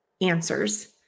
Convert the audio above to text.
answers